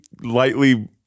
lightly